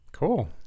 Cool